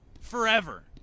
forever